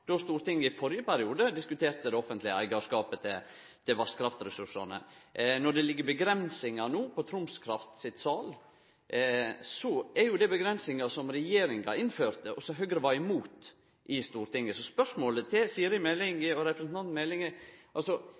då Stortinget i førre perioden diskuterte det offentlege eigarskapet til vasskraftressursane. Når det no ligg avgrensingar i Troms Kraft sitt sal, er det avgrensingar regjeringa innførte, og som Høgre var imot i Stortinget. Så spørsmålet til representanten